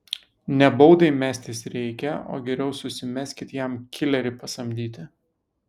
ne baudai mestis reikia o geriau susimeskit jam kilerį pasamdyti